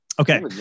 Okay